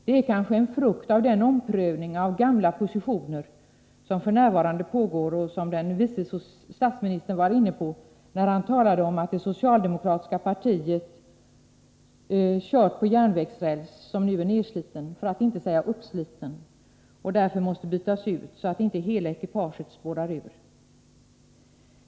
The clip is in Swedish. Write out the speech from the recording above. Det är kanske en frukt av den omprövning av gamla positioner som f. n. pågår och som vice statsministern var inne på när han talade om att det socialdemokratiska partiet kört på järnvägsräls som nu är nersliten — för att inte säga uppsliten — och därför måste bytas ut, så att inte hela ekipaget spårar ur.